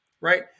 Right